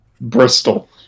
Bristol